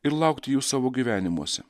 ir laukti jų savo gyvenimuose